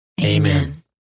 Amen